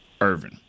Irvin